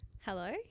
Hello